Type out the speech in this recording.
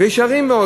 וישרים מאוד.